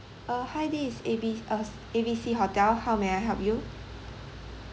hi this is A B~ uh A B C hotel how may I help you